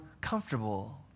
comfortable